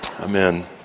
Amen